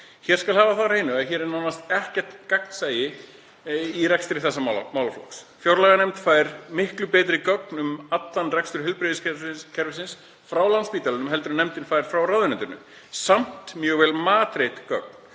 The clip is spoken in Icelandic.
Hér skal hafa það á hreinu að nánast ekkert gagnsæi er í rekstri þessa málaflokks. Fjárlaganefnd fær miklu betri gögn um allan rekstur heilbrigðiskerfisins frá Landspítalanum en nefndin fær frá ráðuneytinu, samt mjög vel matreidd gögn.